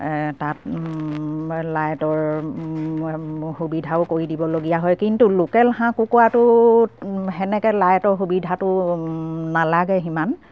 তাত লাইটৰ সুবিধাও কৰি দিবলগীয়া হয় কিন্তু লোকেল হাঁহ কুকুৰাটোক সেনেকে লাইটৰ সুবিধাটো নালাগে সিমান